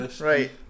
Right